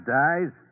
dies